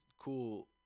cool